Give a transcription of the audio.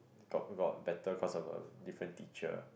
got got better cause of a different teacher